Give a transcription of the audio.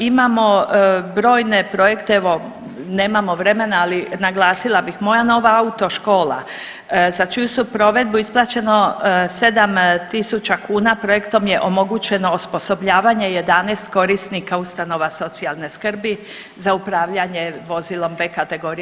Imamo brojne projekte, evo nemamo vremena, ali naglasila bih, moja nova autoškola za čiju su provedbu isplaćeno 7000 kuna projektom je omogućeno osposobljavanje 11 korisnika ustanova socijalne skrbi za upravljanje vozilom B kategorije.